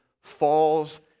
falls